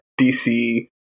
DC